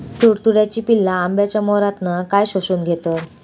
तुडतुड्याची पिल्ला आंब्याच्या मोहरातना काय शोशून घेतत?